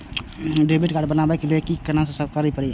Debit card बनावे के लिए किनका से संपर्क करी?